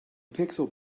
pixel